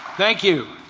thank you.